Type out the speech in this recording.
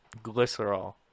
glycerol